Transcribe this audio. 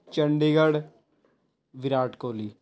Chandigarh Virat Kohli